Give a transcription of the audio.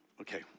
Okay